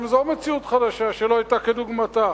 גם זאת מציאות חדשה שלא היתה כדוגמתה.